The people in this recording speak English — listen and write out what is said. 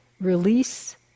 release